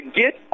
get